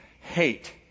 hate